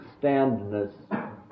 standness